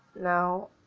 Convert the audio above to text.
now